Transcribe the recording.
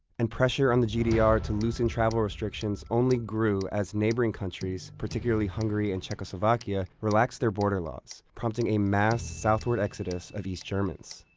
and pressure on the gdr to loosen travel restrictions only grew as neighboring countries, particularly hungary and czechoslovakia, relaxed their border laws, prompting a mass southward exodus of east germans.